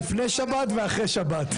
לפני שבת ואחרי שבת.